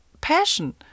passion